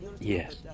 Yes